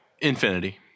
Infinity